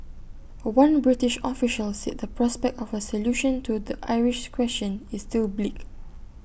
one British official said the prospect of A solution to the Irish question is still bleak